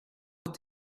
what